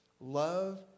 Love